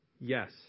Yes